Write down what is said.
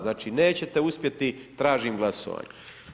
Znači nećete uspjeti, tražim glasovanje.